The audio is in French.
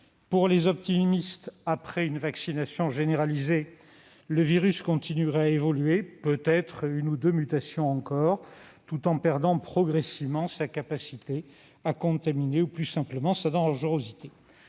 Pour les optimistes, après une vaccination généralisée, le virus continuera d'évoluer- avec peut-être une ou deux mutations encore -tout en perdant progressivement sa capacité à contaminer ou, plus simplement, sa dangerosité.